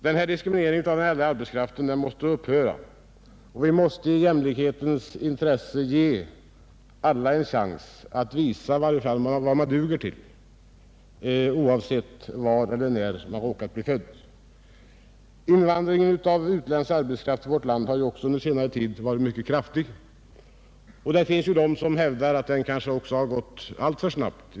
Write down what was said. Denna diskriminering av äldre arbetskraft måste upphöra och vi måste i jämlikhetens intresse ge alla en chans att visa vad de duger till oavsett när och var de har råkat bli födda. Invandringen av utländsk arbetskraft till vårt land har under senare tid varit mycket kraftig, och det finns personer som hävdar att denna invandring kanske har gått alltför snabbt.